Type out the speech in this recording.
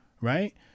Right